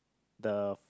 the